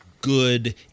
good